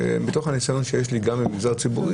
שבתוך הניסיון שיש לי גם מהמגזר הציבורי,